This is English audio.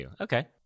Okay